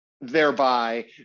thereby